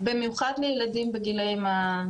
במיוחד ילדים בגילאי גן